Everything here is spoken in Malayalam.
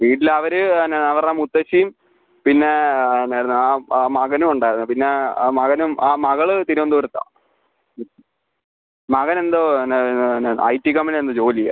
വീട്ടിൽ അവർ പിന്നെ അവരുടെ മുത്തശ്ശിയും പിന്നെ എന്തായിരുന്നു ആ ആ മകനും ഉണ്ടായിരുന്നു പിന്നെ ആ മകനും ആ മകൾ തിരുവനന്തപുരത്താണ് മകൻ എന്തോ പിന്നെ പിന്നെ പിന്നെ ഐ ടി കമ്പനിയിൽ എന്തോ ജോലിയാണ്